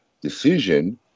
decision